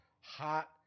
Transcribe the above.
hot